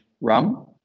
rum